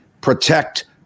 protect